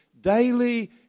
Daily